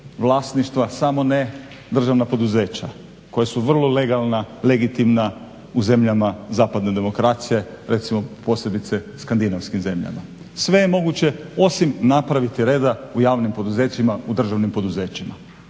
vlasništva samo ne državna poduzeća koja su vrlo legalna, legitimna u zemljama zapadne demokracije recimo posebice skandinavskim zemljama. Sve je moguće osim napraviti reda u javnim poduzećima u državnim poduzećima.